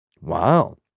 Wow